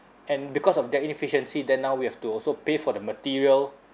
and because of their inefficiency then now we have to also pay for the material